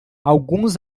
alguns